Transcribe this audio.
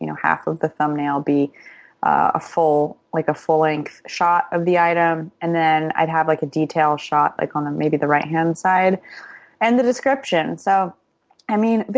you know half of the thumbnail be a full like full-length shot of the item and then i'd have like a detailed shot like on the maybe the right-hand side and the description. so i mean,